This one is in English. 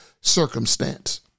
circumstance